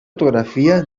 ortografia